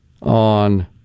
on